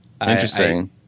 Interesting